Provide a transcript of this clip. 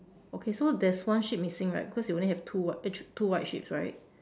okay so there's one sheep missing right because you only have two [what] two white sheeps right